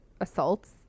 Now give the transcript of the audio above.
assaults